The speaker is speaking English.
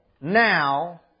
now